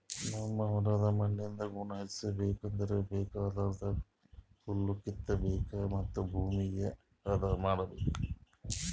ನಮ್ ಹೋಲ್ದ್ ಮಣ್ಣಿಂದ್ ಗುಣ ಹೆಚಸ್ಬೇಕ್ ಅಂದ್ರ ಬೇಕಾಗಲಾರ್ದ್ ಹುಲ್ಲ ಕಿತ್ತಬೇಕ್ ಮತ್ತ್ ಭೂಮಿ ಹದ ಮಾಡ್ಬೇಕ್